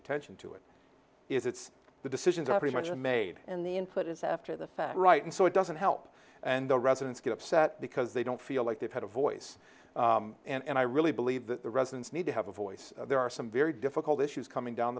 attention to it is it's the decisions are pretty much made and the input is after the fact right and so it doesn't help and the residents get upset because they don't feel like they've had a voice and i really believe that the residents need to have a voice there are some very difficult issues coming down